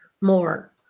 more